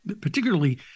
particularly